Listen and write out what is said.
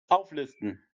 auflisten